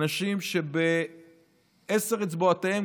אנשים שבעשר אצבעותיהם,